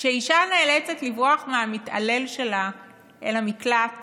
כשאישה נאלצת לברוח מהמתעלל שלה אל המקלט